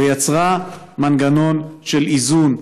ויצרה מנגנון של איזון,